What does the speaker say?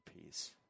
peace